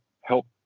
help